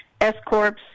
S-Corps